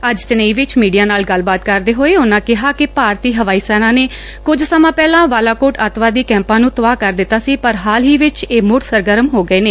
ੱਜ ਚੇਨੱਈ ਵਿਚ ਮੀਡੀਆ ਨਾਲ ਗੱਲਬਾਤ ਕਰਦੇ ਹੋਏ ਉਨੂਾਂ ਕਿਹਾ ਕਿ ਭਾਰਤੀ ਹਵਾਈ ਸੈਨਾ ਨੇ ਕੁਝ ਸਮਾਂ ਪਹਿਲਾ ਬਾਲਾਕੋਟ ਅੱਤਵਾਦੀ ਕੈਪਾਂ ਨੂੰ ਤਬਾਹ ਕਰ ਦਿੱਤਾ ਸੀ ਪਰ ਹਾਲ ਹੀ ਵਿਚ ਇਹ ਮੁੜ ਸਰਗਰਮ ਹੋ ਗਏ ਨੇ